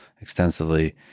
extensively